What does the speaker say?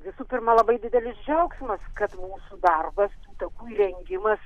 visų pirma labai didelis džiaugsmas kad mūsų darbas takų įrengimas